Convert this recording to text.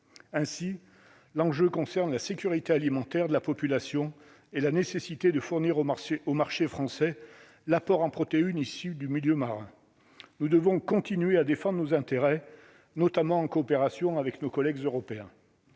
ainsi l'enjeu concerne la sécurité alimentaire de la population et la nécessité de fournir au marché au marché français, l'apport en protéines issues du milieu marin, nous devons continuer à défendre et nos intérêts, notamment en coopération avec nos collègues européens